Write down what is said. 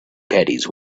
caddies